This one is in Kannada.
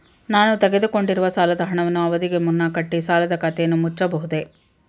ನಾನು ತೆಗೆದುಕೊಂಡಿರುವ ಸಾಲದ ಹಣವನ್ನು ಅವಧಿಗೆ ಮುನ್ನ ಕಟ್ಟಿ ಸಾಲದ ಖಾತೆಯನ್ನು ಮುಚ್ಚಬಹುದೇ?